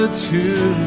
ah to